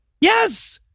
Yes